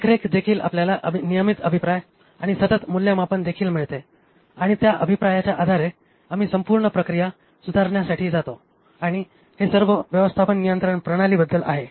देखरेख देखील आपल्याला नियमित अभिप्राय आणि सतत मूल्यमापन देखील मिळते आणि त्या अभिप्रायाच्या आधारे आम्ही संपूर्ण प्रक्रिया सुधारण्यासाठी जातो आणि हे सर्व व्यवस्थापन नियंत्रण प्रणालीबद्दल आहे